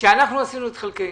עשינו את חלקנו.